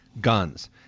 guns